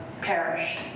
perished